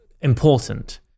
important